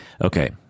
Okay